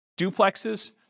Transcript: duplexes